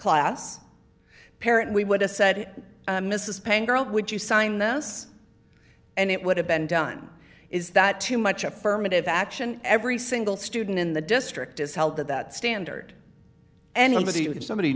class parent we would have said mrs payne girl would you sign this and it would have been done is that too much affirmative action every single student in the district is held to that standard anybody if somebody